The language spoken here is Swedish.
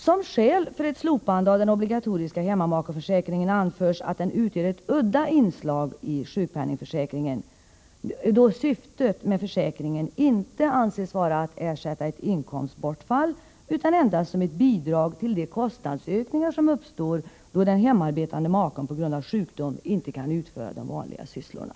Som skäl för ett slopande av den obligatoriska hemmamakeförsäkringen anförs att den utgör ett udda inslag i sjukpenningförsäkringen, då syftet med försäkringen inte anses vara att den skall ersätta ett inkomstbortfall, utan skall endast utgöra ett bidrag till de kostnadsökningar som uppstår, då den hemarbetande maken på grund av sjukdom inte kan utföra de vanliga sysslorna.